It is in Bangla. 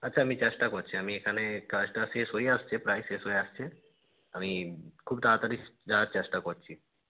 আচ্ছা আমি চেষ্টা করছি আমি এখানে কাজটা শেষ হয়েই এসেছে প্রায় শেষ হয়ে এসেছে আমি খুব তাড়াতাড়ি যাওয়ার চেষ্টা করছি